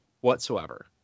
whatsoever